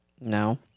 No